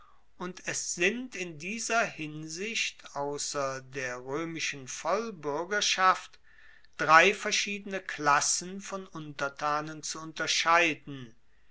und es sind in dieser hinsicht ausser der roemischen vollbuergerschaft drei verschiedene klassen von untertanen zu unterscheiden